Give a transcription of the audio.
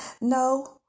no